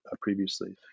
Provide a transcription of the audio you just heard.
previously